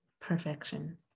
Perfection